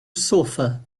sofa